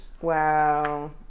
Wow